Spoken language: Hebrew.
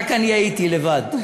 רק אני הייתי לבד.